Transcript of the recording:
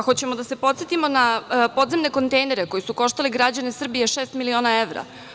Hoćemo da se podsetimo na podzemne kontejnere koji su koštali građane Srbije šest miliona evra?